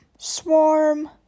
Swarm